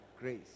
grace